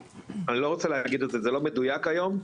אני לא רוצה להגיד את זה, זה לא מדויק היום,